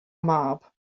mab